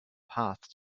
path